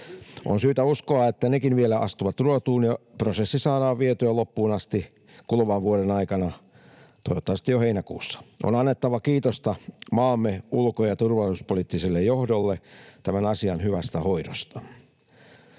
On syytä uskoa, että nekin vielä astuvat ruotuun ja prosessi saadaan vietyä loppuun asti kuluvan vuoden aikana, toivottavasti jo heinäkuussa. On annettava kiitosta maamme ulko- ja turvallisuuspoliittiselle johdolle tämän asian hyvästä hoidosta.